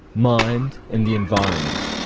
mind, and the environment.